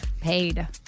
Paid